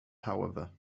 however